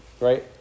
right